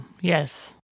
Yes